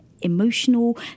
emotional